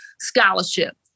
Scholarship